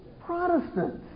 Protestants